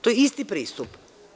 To je isti pristup.